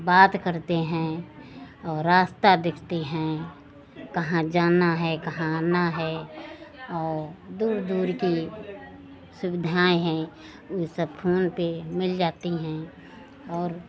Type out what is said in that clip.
बात करते हैं और रास्ता देखते हैं कहाँ जाना है कहाँ आना है एयर दूर दूर की सुविधाएँ हैं वह सब फोन पर मिल जाती हैं और